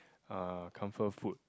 uh comfort food